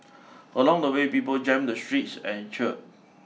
along the way people jammed the streets and cheered